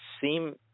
seem